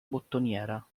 bottoniera